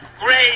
great